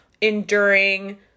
enduring